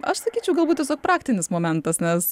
aš sakyčiau galbūt tiesiog praktinis momentas nes